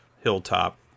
Hilltop